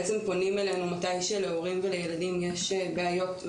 בעצם פונים אלינו מתי שלהורים ולילדים יש בעיות.